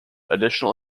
additional